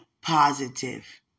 positive